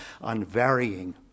unvarying